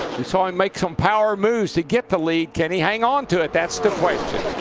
we saw him make some power moves to get the lead. can he hang on to it? that's the question.